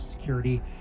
security